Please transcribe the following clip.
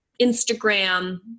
Instagram